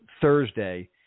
thursday